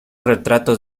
retratos